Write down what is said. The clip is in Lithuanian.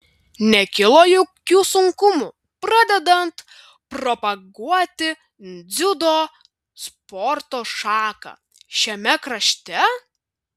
nekilo jokių sunkumų pradedant propaguoti dziudo sporto šaką šiame krašte